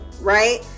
right